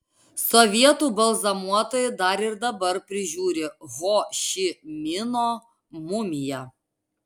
sovietų balzamuotojai dar ir dabar prižiūri ho ši mino mumiją